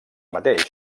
mateix